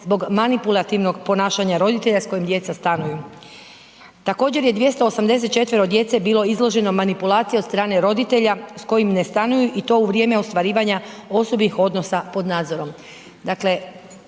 zbog manipulativnog ponašanja roditelja s kojim djeca stanuju. Također je 284 djece bilo izloženo manipulacijama od strane roditelja s kojim ne stanuju i to u vrijeme ostvarivanja osobnih odnosa pod nadzorom.